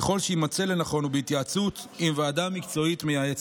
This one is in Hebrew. ככל שיימצא לנכון ובהתייעצות עם ועדה מקצועית מייעצת.